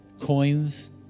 coins